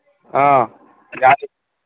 ꯑꯥ ꯌꯥꯅꯤ